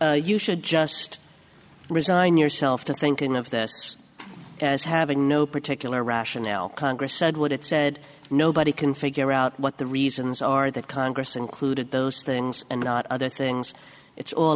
look you should just resign yourself to thinking of that as having no particular rationale congress said what it said nobody can figure out what the reasons are that congress included those things and not other things it's all